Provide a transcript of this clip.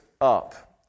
up